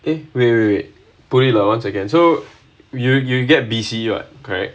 eh wait புரியல:puriyala once again so you you you get B C [what] correct